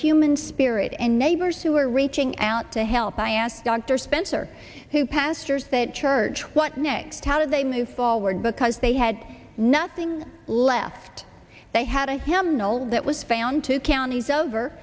human spirit and neighbors who are reaching out to help i asked dr spencer who pastors that church what next how do they move forward because they had nothing left they had a hell no that was found two counties over